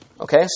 okay